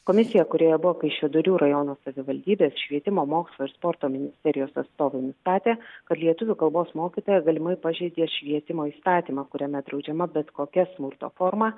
komisija kurioje buvo kaišiadorių rajono savivaldybės švietimo mokslo ir sporto ministerijos atstovai nustatė kad lietuvių kalbos mokytoja galimai pažeidė švietimo įstatymą kuriame draudžiama bet kokia smurto forma